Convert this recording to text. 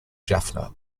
jaffna